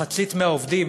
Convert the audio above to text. מחצית מהעובדים